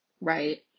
Right